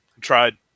tried